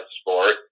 sport